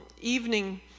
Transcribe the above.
evening